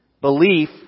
Belief